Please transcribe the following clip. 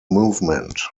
movement